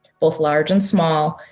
both large and small,